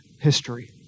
history